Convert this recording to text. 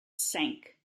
sank